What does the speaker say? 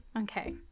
Okay